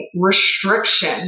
restriction